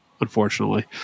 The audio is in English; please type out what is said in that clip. unfortunately